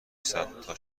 صدتا